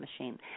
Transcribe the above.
Machine